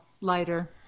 Lighter